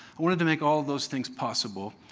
wanted to make all those things possible,